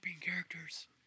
characters